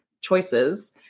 choices